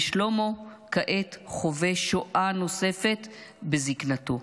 ושלמה כעת חווה שואה נוספת בזקנתו.